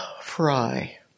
Fry